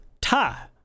ta